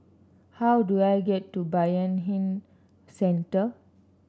how do I get to Bayanihan Centre